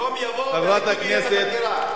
יום יבוא והליכוד יהיה בחקירה,